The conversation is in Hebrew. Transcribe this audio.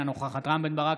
אינה נוכחת רם בן ברק,